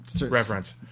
reference